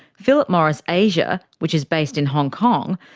philip morris asia, which is based in hong kong,